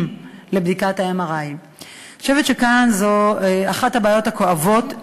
לבדיקת MRI. אני חושבת שכאן זו אחת הבעיות הכואבות,